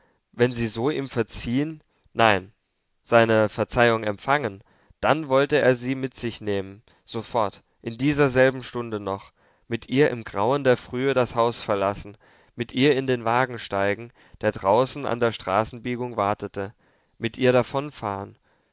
wenn sie so ihm verziehen nein seine verzeihung empfangen dann wollte er sie mit sich nehmen sofort in dieser selben stunde noch mit ihr im grauen der frühe das haus verlassen mit ihr in den wagen steigen der draußen an der straßenbiegung wartete mit ihr